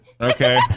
Okay